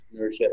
entrepreneurship